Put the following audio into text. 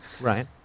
Right